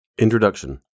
Introduction